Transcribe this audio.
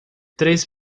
três